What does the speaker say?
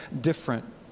different